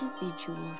individuals